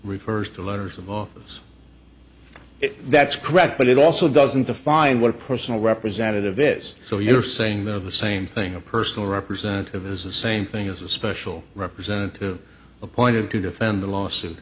refers to letters of all those that's correct but it also doesn't define what a personal representative is so you're saying the same thing a personal representative is the same thing as a special representative appointed to defend the lawsuit